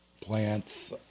Plants